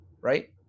right